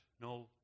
no